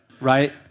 Right